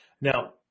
Now